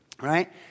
right